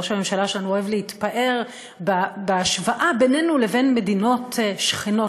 ראש הממשלה שלנו אוהב להתפאר בהשוואה בינינו לבין מדינות שכנות